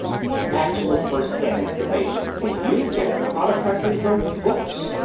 what actual first-hand information can you get about a country from books?